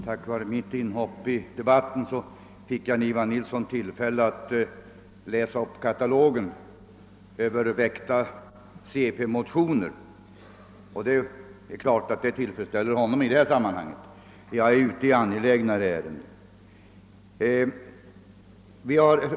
Tack vare mitt inhopp i debatten fick herr Jan-Ivan Nilsson tillfälle att läsa upp katalogen över väckta cp-motioner, och det tillfredsställde naturligtvis honom. Jag är emellertid ute i mer angelägna ärenden.